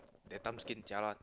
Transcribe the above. that time skin jialat